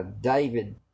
David